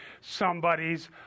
somebody's